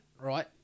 right